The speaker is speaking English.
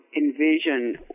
envision